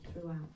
throughout